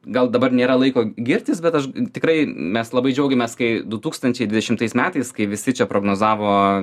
gal dabar nėra laiko girtis bet aš tikrai mes labai džiaugiamės kai du tūkstančiai dvidešimtais metais kai visi čia prognozavo